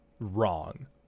wrong